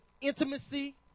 intimacy